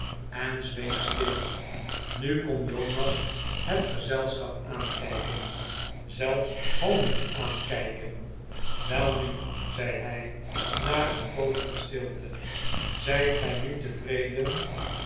en zweeg stil nu kon jonas het gezelschap aankijken zelfs hoonend aankijken welnul zei hij na een poos van stilte zijt gij nu tevreden